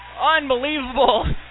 Unbelievable